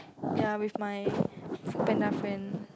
ya with my Foodpanda friend